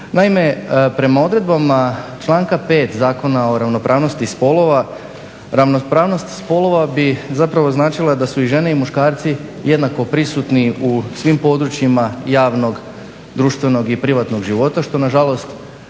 Naime, prema odredbama članka 5. Zakona o ravnopravnosti spolova ravnopravnost spolova bi zapravo značila da su i žene i muškarci jednako prisutni u svim područjima javnog, društvenog i privatnog života što nažalost